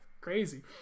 crazy